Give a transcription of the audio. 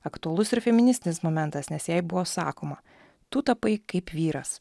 aktualus ir feministinis momentas nes jai buvo sakoma tu tapai kaip vyras